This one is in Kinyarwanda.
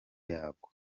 yabwo